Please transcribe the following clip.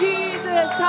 Jesus